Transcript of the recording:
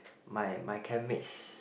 my my camp mates